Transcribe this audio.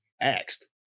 asked